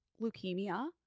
leukemia